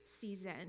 season